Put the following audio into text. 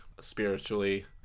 spiritually